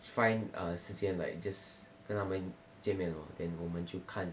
find uh 时间 like just 跟他们见面咯 than 我们就看